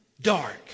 dark